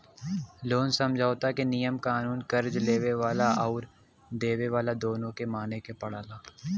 loan समझौता क नियम कानून कर्ज़ लेवे वाला आउर देवे वाला दोनों के माने क पड़ला